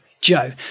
Joe